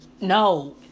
no